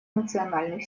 национальных